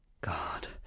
God